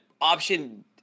option